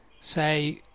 say